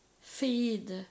feed